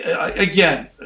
Again